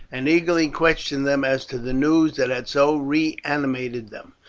and eagerly questioned them as to the news that had so reanimated them.